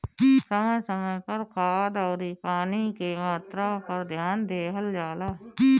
समय समय पर खाद अउरी पानी के मात्रा पर ध्यान देहल जला